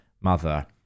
mother